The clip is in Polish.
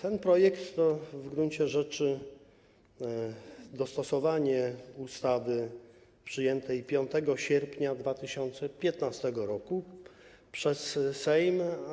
Ten projekt to w gruncie rzeczy dostosowanie ustawy przyjętej 5 sierpnia 2015 r. przez Sejm.